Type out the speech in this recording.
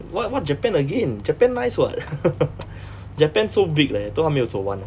what what japan again japan nice [what] japan so big leh 都还没有走完 leh